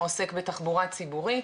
עוסק בתחבורה ציבורית